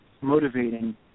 motivating